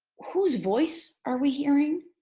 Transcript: whose voice are we hearing?